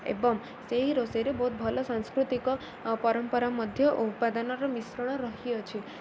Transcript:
ଏବଂ ସେହି ରୋଷେଇରେ ବହୁତ ଭଲ ସାଂସ୍କୃତିକ ପରମ୍ପରା ମଧ୍ୟ ଉପାଦାନର ମିଶ୍ରଣ ରହିଅଛି